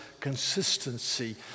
consistency